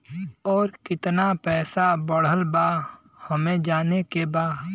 और कितना पैसा बढ़ल बा हमे जाने के बा?